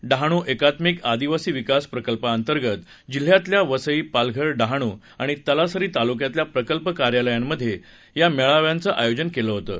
डहाणू एकात्मिक आदिवासी विकास प्रकल्पाअंतर्गत जिल्ह्यातल्या वसई पालघर डहाणू आणि तलासरी तालुक्यातल्या प्रकल्प कार्यालयांमधे या मेळाव्यांचं आयोजन केलं होतं